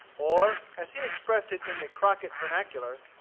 or, as he expressed it in the crockett vernacular,